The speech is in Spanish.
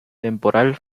temporal